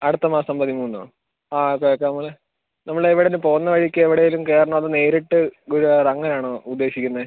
അടുത്ത മാസം പതിമൂന്ന് ആ അതെ നമ്മൾ നമ്മൾ ഇവിടുന്ന് പോകുന്ന വഴിയ്ക്ക് എവിടേലും കയറണോ അതോ നേരിട്ട് ഗുരുവായൂർ അങ്ങനെ ആണോ ഉദ്ദേശിക്കുന്നത്